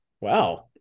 Wow